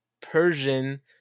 Persian